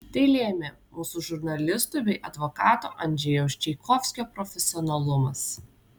tai lėmė mūsų žurnalistų bei advokato andžejaus čaikovskio profesionalumas